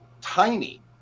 tiny